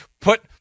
put